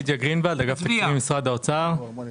הפנייה